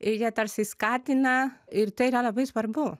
ir jie tarsi skatina ir tai yra labai svarbu